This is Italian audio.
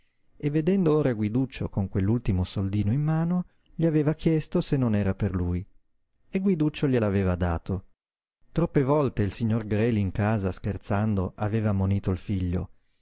e vedendo ora guiduccio con quell'ultimo soldino in mano gli aveva chiesto se non era per lui e guiduccio gliel'aveva dato troppe volte il signor greli in casa scherzando aveva ammonito il figlio